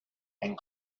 and